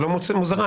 לא מוזרה.